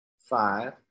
five